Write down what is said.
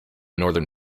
northern